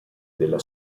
della